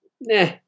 nah